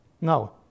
No